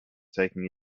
taking